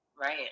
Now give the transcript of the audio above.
Right